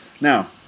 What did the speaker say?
Now